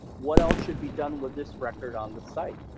what else should be done with this record on the site?